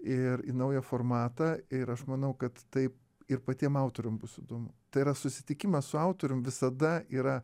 ir į naują formatą ir aš manau kad taip ir patiem autoriam bus įdomu tai yra susitikimas su autorium visada yra